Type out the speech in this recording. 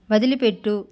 వదిలిపెట్టు